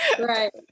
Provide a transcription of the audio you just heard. right